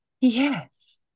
Yes